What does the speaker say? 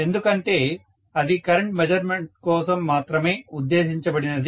ఎందుకంటే అది current measurement కోసం మాత్రమే ఉద్దేశించబడినది